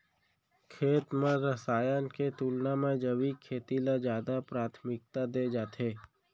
खेत मा रसायन के तुलना मा जैविक खेती ला जादा प्राथमिकता दे जाथे